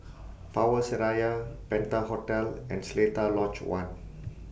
Power Seraya Penta Hotel and Seletar Lodge one